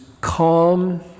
calm